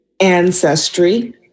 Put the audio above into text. ancestry